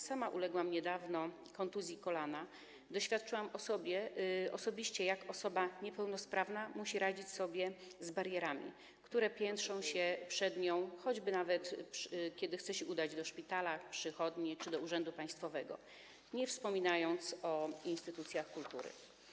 Sama uległam niedawno kontuzji kolana, doświadczyłam osobiście, jak osoba niepełnosprawna musi radzić sobie w barierami, które piętrzą się przed nią, kiedy chce się udać do szpitala, przychodni czy urzędu państwowego, nie wspominając o instytucjach kultury.